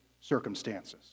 circumstances